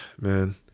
man